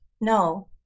No